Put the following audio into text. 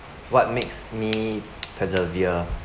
what makes me persevere